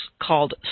called